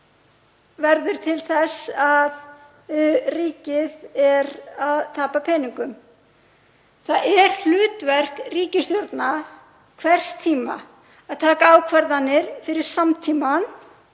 verður til þess að ríkið tapar peningum. Það er hlutverk ríkisstjórnar hvers tíma að taka ákvarðanir fyrir samtímann